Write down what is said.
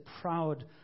proud